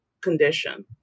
condition